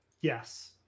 Yes